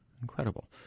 Incredible